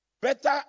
Better